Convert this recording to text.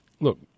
Look